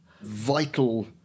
vital